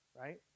Right